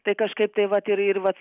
tai kažkaip tai vat ir ir vat